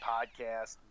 Podcast